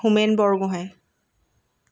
Homen Borgohain